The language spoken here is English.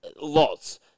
lots